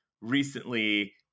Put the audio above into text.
recently